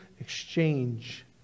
exchange